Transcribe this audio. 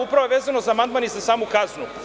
Upravo je vezano za amandman i za samu kaznu.